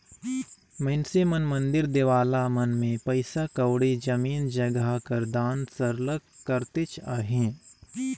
मइनसे मन मंदिर देवाला मन में पइसा कउड़ी, जमीन जगहा कर दान सरलग करतेच अहें